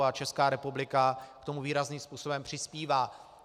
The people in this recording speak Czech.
A Česká republika k tomu výrazným způsobem přispívá.